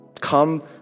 Come